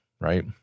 right